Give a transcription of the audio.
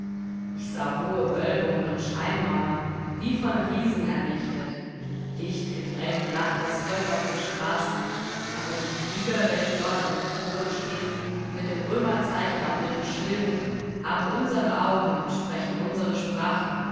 ich sah hohe wölbungen und steinmauern wie von riesen errichtet dichtgedrängt lacht das volk auf den straßen aber die krieger welche dort an den toren stehen mit dem römerzeichen auf ihren schilden haben unsere augen und sprechen unsere sprache